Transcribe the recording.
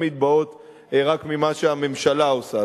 תחושות לא תמיד באות רק ממה שהממשלה עושה.